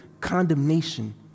condemnation